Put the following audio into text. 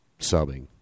subbing